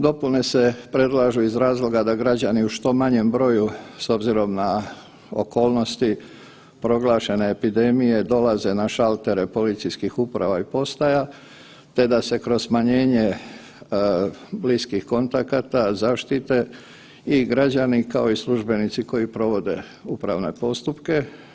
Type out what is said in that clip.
Dopune se predlažu iz razloga da građani u što manjem broju s obzirom na okolnosti proglašene epidemije dolaze na šaltere policijskih uprava i postaja te da se kroz smanjenje bliskih kontakata zaštite i građani kao i službenici koji provode upravne postupke.